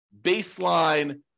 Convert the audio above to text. baseline